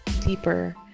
deeper